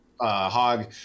hog